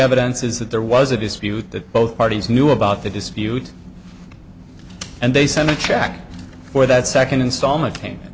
evidence is that there was a dispute that both parties knew about the dispute and they said the track for that second installment payment